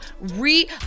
re